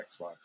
Xbox